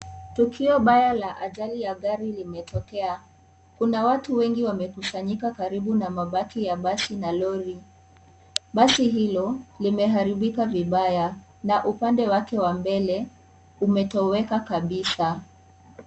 Tukio baya ya ajali ya gari limetokea. Kuna watu wengi wamekusanyika karibu na mabaki ya basi na lori. Basi hilo, limeharibika vibaya na upande wake wa mbele, umetoweka kabisa.